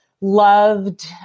loved